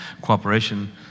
cooperation